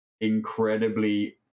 incredibly